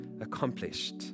accomplished